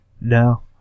No